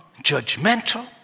judgmental